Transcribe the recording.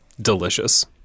delicious